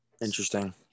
Interesting